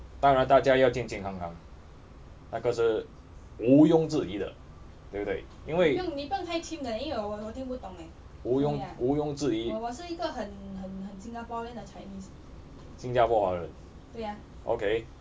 当然大家要健健康康那个是毋庸置疑的对不对因为毋庸毋庸置疑新加坡华人 wu yong zhi yi xin jia po hua ren okay